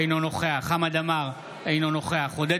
אינו נוכח חמד עמאר, אינו נוכח עודד